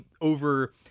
over